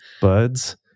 buds